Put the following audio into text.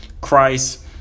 Christ